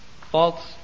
false